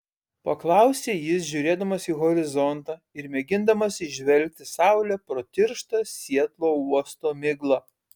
paklausė jis žiūrėdamas į horizontą ir mėgindamas įžvelgti saulę pro tirštą sietlo uosto miglą